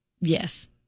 Yes